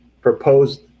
proposed